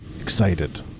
Excited